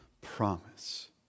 promise